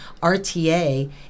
RTA